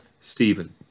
Stephen